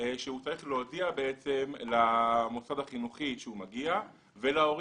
שהוא צריך להודיע למוסד החינוכי שהוא מגיע ולהורים.